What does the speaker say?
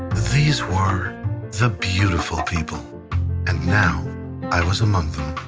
these were the beautiful people and now i was among them